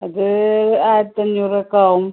അത് ആയിരത്തഞ്ഞൂറ് ഒക്കെയാവും